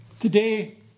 Today